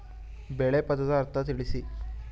ಬೆಳೆ ಪದದ ಅರ್ಥ ತಿಳಿಸಿ?